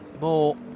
More